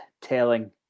telling